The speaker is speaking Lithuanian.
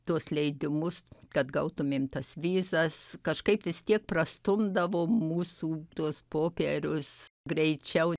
tuos leidimus kad gautumėm tas vizas kažkaip vis tiek prastumdavo mūsų tuos popierius greičiau